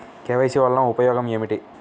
KYC వలన ఉపయోగం ఏమిటీ?